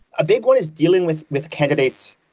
a big one is dealing with with candidates,